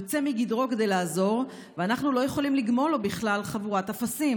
"יוצא מגדרו כדי לעזור ואנחנו לא יכולים לגמול לו בגלל חבורת אפסים,